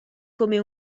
come